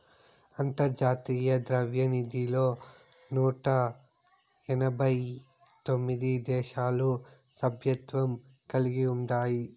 అంతర్జాతీయ ద్రవ్యనిధిలో నూట ఎనబై తొమిది దేశాలు సభ్యత్వం కలిగి ఉండాయి